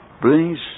brings